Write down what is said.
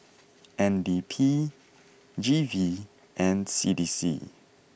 N D P G V and C D C